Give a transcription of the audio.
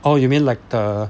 oh you mean like the